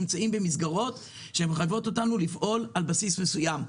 נמצאים במסגרות שמחייבות אותנו לפעול על בסיס מסוים.